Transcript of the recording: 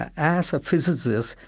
as a physicist,